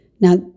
Now